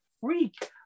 freak